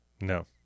No